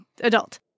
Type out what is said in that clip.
adult